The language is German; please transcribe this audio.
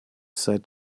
seit